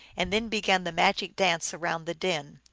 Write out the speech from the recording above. and then began the magic dance around the den.